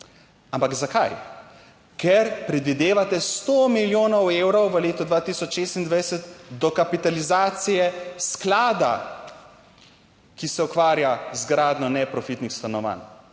Ampak zakaj? Ker predvidevate sto milijonov evrov v letu 2026 dokapitalizacije sklada, ki se ukvarja z gradnjo neprofitnih stanovanj,